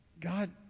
God